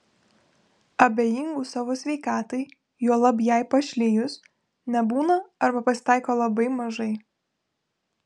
abejingų savo sveikatai juolab jai pašlijus nebūna arba pasitaiko labai mažai